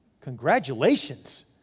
Congratulations